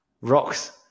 rocks